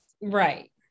Right